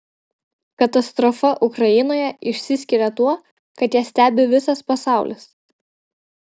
katastrofa ukrainoje išsiskiria tuo kad ją stebi visas pasaulis